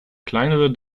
kleinere